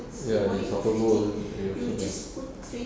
ya the soccer boots you should lah